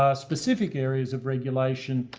ah specific areas of regulation,